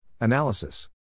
Analysis